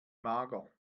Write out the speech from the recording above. mager